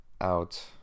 out